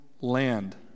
land